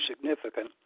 significant